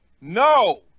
no